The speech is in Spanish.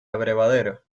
abrevadero